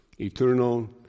Eternal